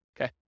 Okay